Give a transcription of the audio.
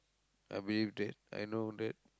I believe that I know that